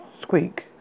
squeak